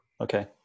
Okay